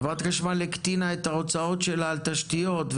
חברת החשמל הקטינה את ההוצאות שלה על תשתיות,